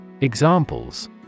Examples